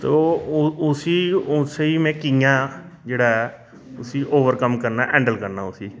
तो उसी उसी मे कि'यां जेह्ड़ा ऐ उसा होर कम्म करदे में हैडल करना होन्नां